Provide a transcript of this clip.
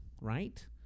right